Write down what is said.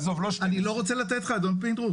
עזוב, לא 12. אני לא רוצה לתת לך אדון פינדרוס.